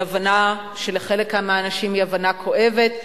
היא הבנה שלחלק מהאנשים היא הבנה כואבת,